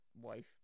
wife